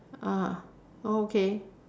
ah oh okay